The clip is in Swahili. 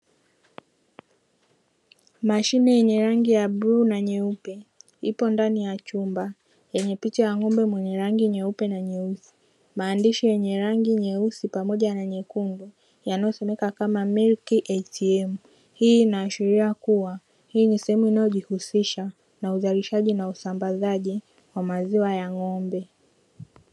Mashine yenye rangi ya bluu na nyeupe ipo ndani ya chumba yenye picha ya ng'ombe mwenye rangi nyeupe na nyeusi, maandishi yenye rangi nyeusi pamoja na nyekundu yanayosomeka kama "MILK ATM"; hii inaashiria kuwa hii ni sehemu inayojihusisha na uzalishaji na usambazaji wa maziwa ya ng'ombe.